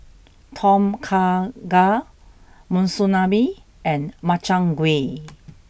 Tom Kha Gai Monsunabe and Makchang Gui